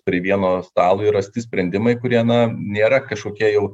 prie vieno stalo ir rasti sprendimai kurie na nėra kažkokie jau